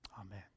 Amen